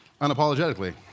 unapologetically